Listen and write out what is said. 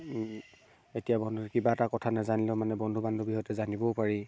এতিয়া বন্ধু কিবা এটা কথা নেজানিলেও মানে বন্ধু বান্ধৱীৰ সৈতে জানিবও পাৰি